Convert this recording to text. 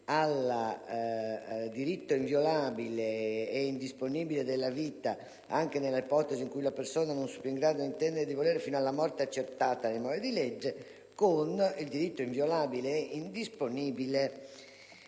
al diritto inviolabile ed indisponibile della vita, anche "nell'ipotesi in cui la persona non sia più in grado di intendere e di volere, fino alla morte accertata nei modi di legge", con il diritto "inviolabile e indisponibile